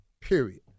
period